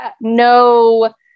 no